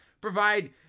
provide